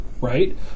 right